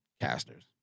casters